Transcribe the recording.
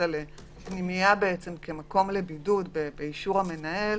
על פנימייה כמקום לבידוד באישור המנהל.